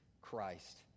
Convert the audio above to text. Christ